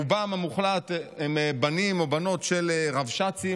רובם המוחלט הם בנים או בנות של רבש"צים